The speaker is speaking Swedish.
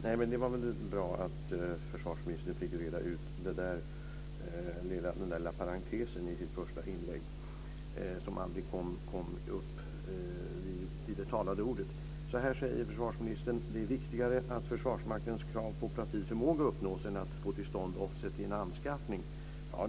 Fru talman! Det var väl bra att försvarsministern fick reda ut den där lilla parentesen i sitt första inlägg som aldrig kom upp i det talade ordet. Så här säger försvarsministern: Det är viktigare att Försvarsmaktens krav på operativ förmåga uppnås än att få till stånd offset i en anskaffning.